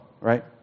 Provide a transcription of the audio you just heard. right